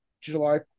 July